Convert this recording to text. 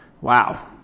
Wow